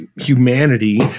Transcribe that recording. humanity